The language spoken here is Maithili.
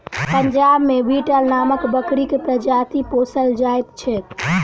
पंजाब मे बीटल नामक बकरीक प्रजाति पोसल जाइत छैक